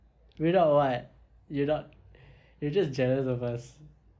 you're not what you're not you're just jealous of us